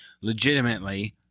legitimately